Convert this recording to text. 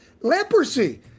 Leprosy